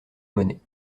monnaie